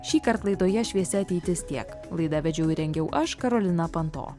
šįkart laidoje šviesi ateitis tiek laidą vedžiau ir rengiau aš karolina panto